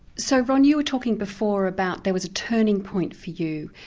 so ron you were talking before about there was a turning point for you.